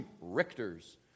Richter's